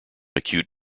acute